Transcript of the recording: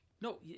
No